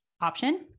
option